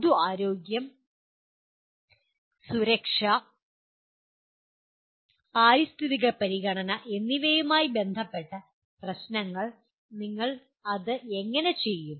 പൊതുആരോഗ്യം സുരക്ഷ പാരിസ്ഥിതിക പരിഗണന എന്നിവയുമായി ബന്ധപ്പെട്ട പ്രശ്നങ്ങൾ നിങ്ങൾ അത് എങ്ങനെ ചെയ്യും